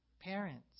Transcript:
Parents